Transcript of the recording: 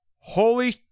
holy